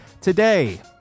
Today